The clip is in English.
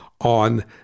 on